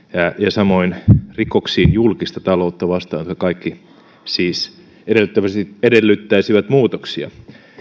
samoin rikoksiin julkista taloutta vastaan jotka kaikki siis edellyttäisivät edellyttäisivät muutoksia